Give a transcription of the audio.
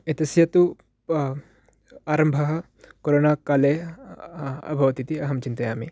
एतस्य तु आरम्भः कोरोनाकाले अभवत् इति अहं चिन्तयामि